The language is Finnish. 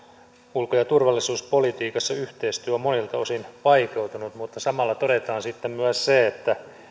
ulko ja turvallisuuspolitiikassa yhteistyö on monilta osin vaikeutunut mutta samalla todetaan myös se että